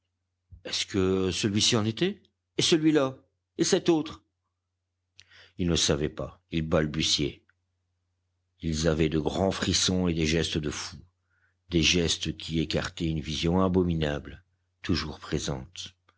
est-ce que celui-ci en était et celui-là et cet autre ils ne savaient pas ils balbutiaient ils avaient de grands frissons et des gestes de fous des gestes qui écartaient une vision abominable toujours présente